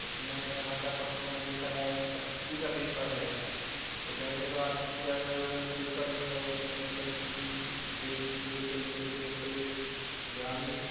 उसमें समाचार पत्रों में देखा गया है कि पत्रिका पेपर है वह दैनिक भास्कर पेपर जो है उसमें मतलब देश प्रदेश से लेकर छोटे ग्रामीण